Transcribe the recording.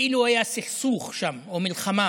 כאילו היה סכסוך שם או מלחמה.